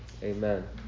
Amen